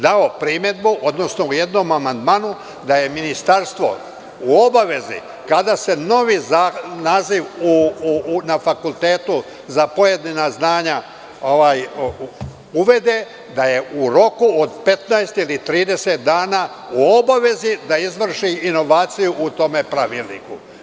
Dao sam primedbu, odnosno u jednom amandmanu, da je Ministarstvo u obavezi kada se novi naziv na fakultetu za pojedina znanja uvede, da je u roku od 15 ili 30 dana, da izvrši inovaciju u tome pravilniku.